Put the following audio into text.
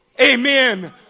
Amen